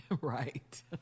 Right